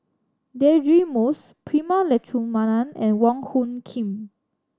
Deirdre Moss Prema Letchumanan and Wong Hung Khim